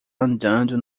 andando